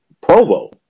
Provo